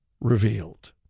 revealed